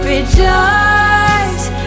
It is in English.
Rejoice